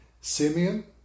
Simeon